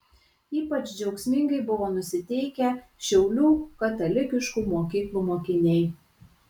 ypač džiaugsmingai buvo nusiteikę šiaulių katalikiškų mokyklų mokiniai